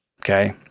Okay